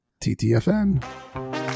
ttfn